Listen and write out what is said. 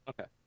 Okay